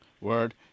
Word